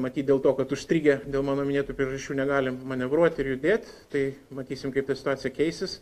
matyt dėl to kad užstrigę dėl mano minėtų priežasčių negali manevruot ir judėt tai matysim kaip ta situacija keisis